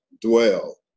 dwell